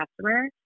customer